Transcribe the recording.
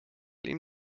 ihm